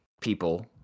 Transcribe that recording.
people